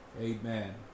Amen